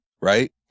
right